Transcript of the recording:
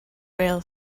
rail